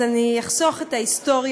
אז אני אחסוך את ההיסטוריה,